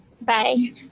Bye